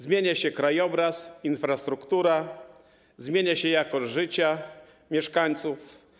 Zmienia się krajobraz, infrastruktura, zmienia się jakość życia mieszkańców.